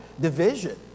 division